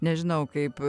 nežinau kaip